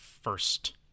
first